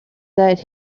that